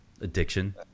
addiction